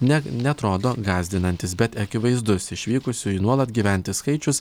ne neatrodo gąsdinantis bet akivaizdus išvykusiųjų nuolat gyventi skaičius